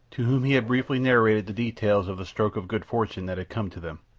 to whom he had briefly narrated the details of the stroke of good fortune that had come to them.